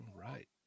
right